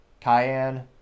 Cayenne